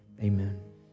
Amen